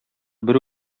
бер